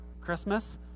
Christmas